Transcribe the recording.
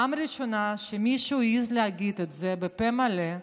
בפעם הראשונה מישהו העז להגיד את זה בפה מלא,